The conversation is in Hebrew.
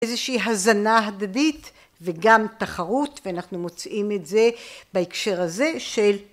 איזושהי הזנה הדדית וגם תחרות ואנחנו מוצאים את זה בהקשר הזה של